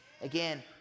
Again